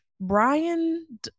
Brian